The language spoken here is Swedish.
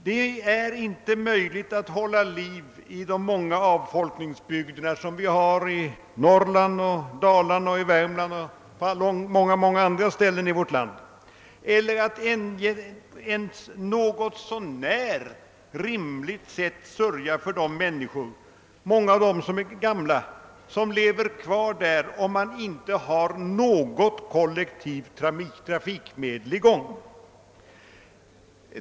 Det är inte möjligt att hålla liv i de många avfolkningsbygderna i Norrland, Dalarna, Värmland och på många andra ställen i vårt land eller att ens på ett något så när rimligt sätt sörja för de människor — många äldre — som lever kvar där, om man inte håller något kollektivt trafikmedel i gång.